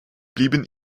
blieben